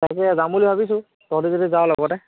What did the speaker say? তাকে যাম বুলি ভাবিছোঁ তহঁতি যদি যাৱ লগতে